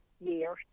year